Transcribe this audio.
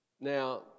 Now